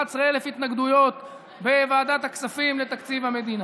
11,000 התנגדויות בוועדת הכספים לתקציב המדינה?